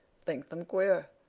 think them queer.